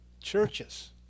churches